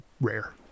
rare